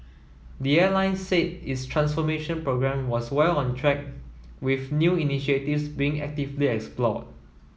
the airline said its transformation programme was well on track with new initiatives being actively explored